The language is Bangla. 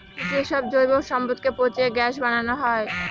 যে সব জৈব সম্পদকে পচিয়ে গ্যাস বানানো হয়